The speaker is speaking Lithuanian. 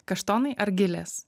kaštonai ar gilės